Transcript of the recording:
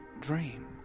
dream